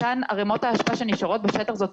אותן ערימות האשפה שנשארות בשטח זאת